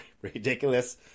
Ridiculous